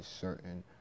certain